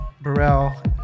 Burrell